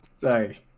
Sorry